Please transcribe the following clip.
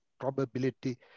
probability